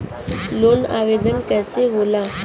Loan आवेदन कैसे होला?